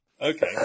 Okay